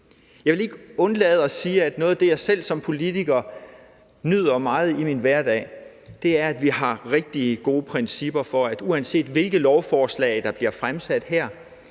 Jeg vil ikke undlade at sige, at noget af det, jeg selv som politiker nyder meget i min hverdag, er, at vi har rigtig gode principper for, at uanset hvilket lovforslag der bliver fremsat her,